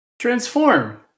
Transform